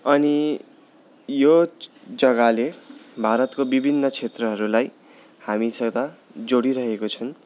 अनि यो जग्गाले भारतको विभिन्न क्षेत्रहरूलाई हामी सदा जोडिरहेको छन्